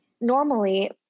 normally